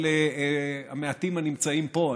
על המעטים הנמצאים פה,